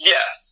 Yes